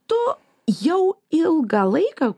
tu jau ilgą laiką